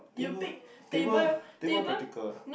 table uh table table practical ah